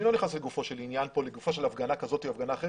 אני לא נכנס לגופו של עניין או לגופה של הפגנה כזאת או הפגנה אחרת,